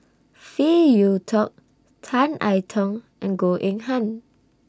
Phey Yew Kok Tan I Tong and Goh Eng Han